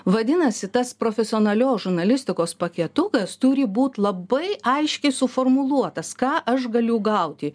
vadinasi tas profesionalios žurnalistikos paketukas turi būt labai aiškiai suformuluotas ką aš galiu gauti